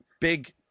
big